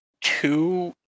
two